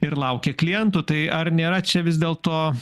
ir laukia klientų tai ar nėra čia vis dėlto